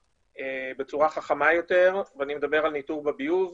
בצורה חכמה יותר ואני מדבר על ניטור בביוב,